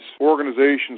organizations